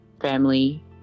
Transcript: family